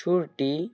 ছুটি